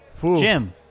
Jim